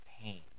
pain